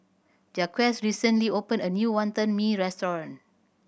Jaquez recently opened a new Wonton Mee restaurant